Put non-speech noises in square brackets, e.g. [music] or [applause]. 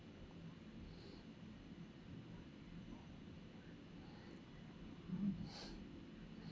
[noise]